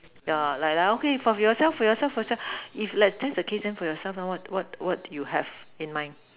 ya like like okay for yourself for yourself yourself if like that's the case for yourself then then what do you have in mind